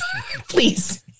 Please